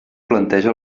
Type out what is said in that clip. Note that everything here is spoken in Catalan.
planteja